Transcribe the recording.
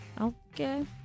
Okay